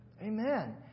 Amen